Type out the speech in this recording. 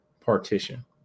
partition